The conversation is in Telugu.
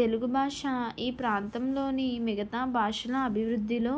తెలుగు భాష ఈ ప్రాంతంలోని మిగతా భాషల అభివృద్ధిలో